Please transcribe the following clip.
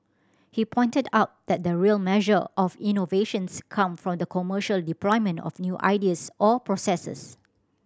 he pointed out that the real measure of innovations come from the commercial deployment of new ideas or processes